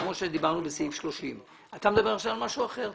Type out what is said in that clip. כמו שדיברנו בסעיף 30. אתה מדבר עכשיו על משהו אחר.